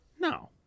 No